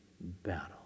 battle